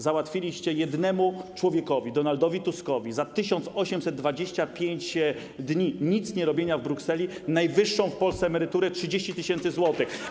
Załatwiliście jednemu człowiekowi, Donaldowi Tuskowi, za 1825 dni nicnierobienia w Brukseli najwyższą w Polsce emeryturę w wysokości 30 tys. zł.